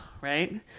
Right